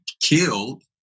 killed